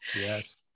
Yes